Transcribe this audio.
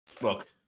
Look